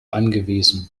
angewiesen